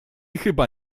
chyba